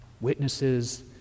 Witnesses